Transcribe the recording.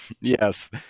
yes